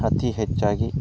ಅತಿ ಹೆಚ್ಚಾಗಿ